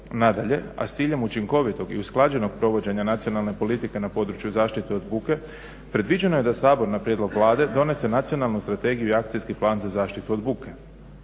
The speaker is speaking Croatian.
Nadalje a s ciljem učinkovitog i usklađenog provođenja nacionalne politike na području zaštite od buke predviđeno je da Sabor na prijedlog Vlade donese nacionalnu strategiju i akcijski plan za zaštitu od buke.